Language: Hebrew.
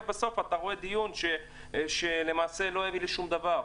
ובסוף אתה רואה דיון שלמעשה לא יביא לשום דבר.